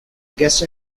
guest